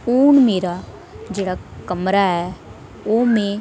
हून मेरा जेहड़ा कमरा ऐ ओह् में